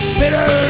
better